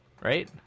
right